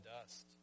dust